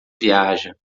viaja